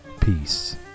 Peace